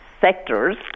sectors